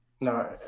No